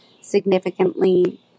significantly